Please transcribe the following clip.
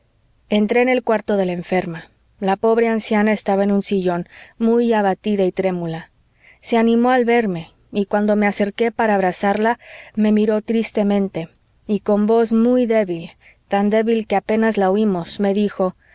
entré en el cuarto de la enferma la pobre anciana estaba en un sillón muy abatida y trémula se animó al verme y cuando me acerqué para abrazarla me miró tristemente y con voz muy débil tan débil que apenas la oímos me dijo